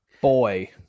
boy